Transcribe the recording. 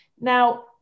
Now